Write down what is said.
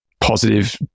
positive